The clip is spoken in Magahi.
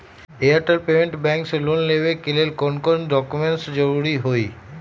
एयरटेल पेमेंटस बैंक से लोन लेवे के ले कौन कौन डॉक्यूमेंट जरुरी होइ?